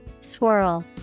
Swirl